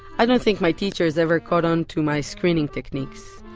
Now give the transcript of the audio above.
i don't think my teachers ever caught on to my screening technique. so